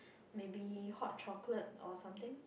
maybe hot chocolate or something